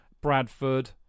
Bradford